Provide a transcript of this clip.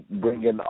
bringing